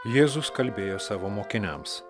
jėzus kalbėjo savo mokiniams